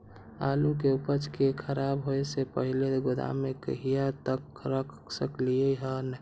आलु के उपज के खराब होय से पहिले गोदाम में कहिया तक रख सकलिये हन?